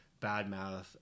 badmouth